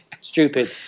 stupid